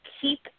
keep